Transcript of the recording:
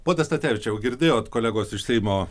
pone stacevičiau girdėjot kolegos iš seimo